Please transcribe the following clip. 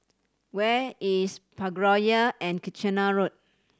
where is Parkroyal and Kitchener Road